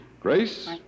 Grace